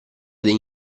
degli